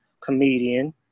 comedian